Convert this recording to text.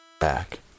back